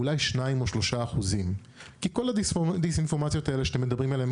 אולי 2% או 3%. כי כל הדיסאינפורמציות האלה שאתם מדברים עליהם,